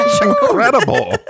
incredible